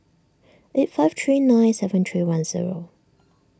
eight five three nine seven three one zero